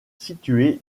située